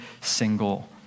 single